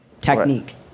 technique